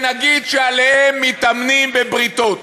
ונגיד שעליהם מתאמנים בבריתות.